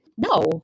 no